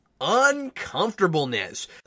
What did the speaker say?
Uncomfortableness